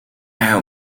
have